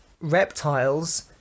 reptiles